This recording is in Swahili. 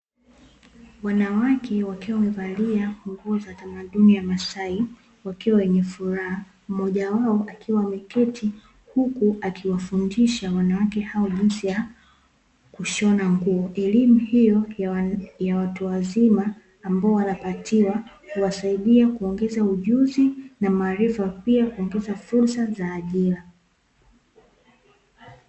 Wanawake wakiwa wamevalia nguo za tamaduni ya masai wakiwa wenye furaha mmoja wao akiwa ameketi huku akiwafundisha wanawake hao jinsi ya kushona nguo, elimu hiyo ya watu wazima ambayo wanapatiwa huwasaidia kuongeza ujuzi na maarifa pia kuongeza fursa za ajira.